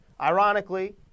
Ironically